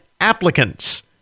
applicants